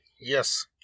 Yes